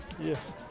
Yes